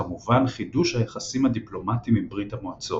וכמובן חידוש היחסים הדיפלומטיים עם ברית המועצות.